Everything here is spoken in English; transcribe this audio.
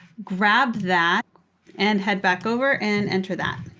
grab that and head back over and enter that.